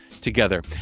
together